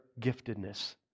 giftedness